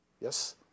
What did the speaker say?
Yes